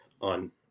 on